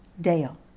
Dale